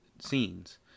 scenes